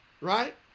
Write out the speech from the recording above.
right